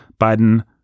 Biden